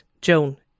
Joan